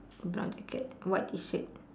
brown jacket white T shirt